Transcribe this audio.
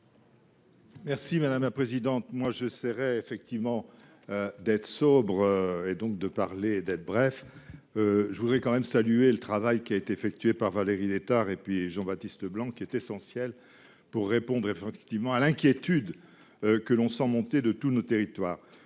Merci madame la présidente, moi j'essaierai effectivement. D'être sobre et donc de parler d'être bref. Je voudrais quand même saluer le travail qui a été effectué par Valérie Létard et puis Jean-Baptiste Leblanc qui est essentiel pour répondre effectivement à l'inquiétude. Que l'on sent monter de tous nos territoires